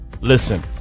Listen